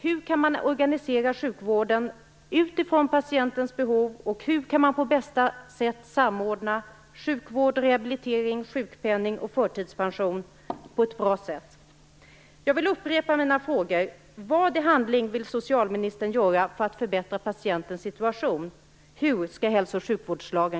Hur kan man organisera sjukvården utifrån patientens behov, och hur kan man på bästa sätt samordna sjukvård, rehabilitering, sjukpenning och förtidspension?